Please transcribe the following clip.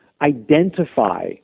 identify